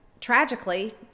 tragically